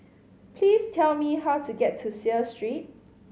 please tell me how to get to Seah Street